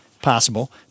possible